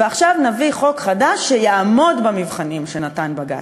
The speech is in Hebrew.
ועכשיו נביא חוק חדש שיעמוד במבחנים שנתן בג"ץ,